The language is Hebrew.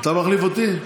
אתה מחליף אותי?